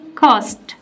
cost